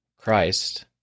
Christ